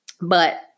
but-